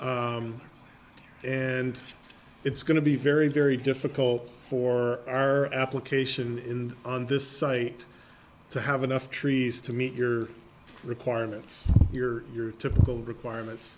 and it's going to be very very difficult for our application in on this site to have enough trees to meet your requirements here are your typical requirements